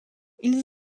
ils